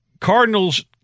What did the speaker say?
Cardinals